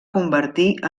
convertir